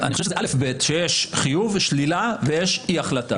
אני חושב שזה א'-ב' שיש חיוב ושלילה ויש אי החלטה.